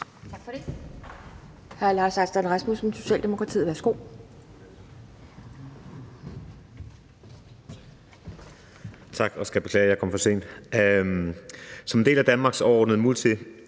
Tak for det.